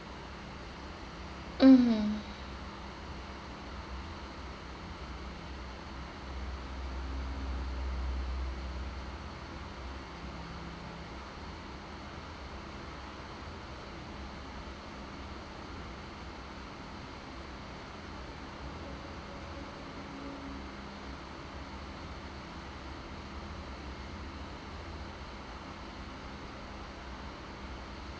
mmhmm